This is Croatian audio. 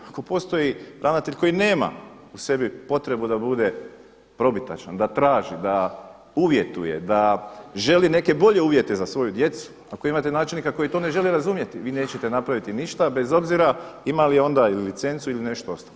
Ako postoji ravnatelj koji nema u sebi potrebu da bude probitačan, da traži, da uvjetuje, da želi neke bolje uvjete za svoju djecu, ako imate načelnika koji to ne želi razumjeti, vi nećete napraviti ništa bez obzira ima li onda licencu ili nešto ostalo.